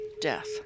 death